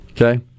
Okay